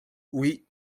oui